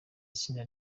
itsinda